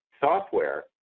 software